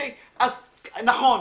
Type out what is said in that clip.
נכון,